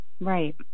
Right